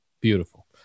Beautiful